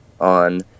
on